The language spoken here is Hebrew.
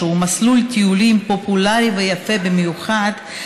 שהוא מסלול טיולים פופולרי ויפה במיוחד,